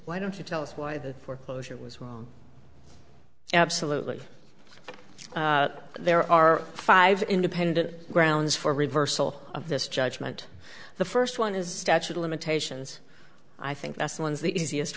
why don't you tell us why the foreclosure was absolutely there are five independent grounds for reversal of this judgment the first one is statute of limitations i think that's one of the easiest